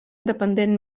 independent